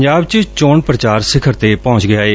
ਪੰਜਾਬ ਚ ਚੋਣ ਪੁਚਾਰ ਸਿਖਰ ਤੇ ਪਹੁੰਚ ਗਿਆ ਏ